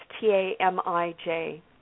T-A-M-I-J